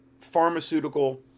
pharmaceutical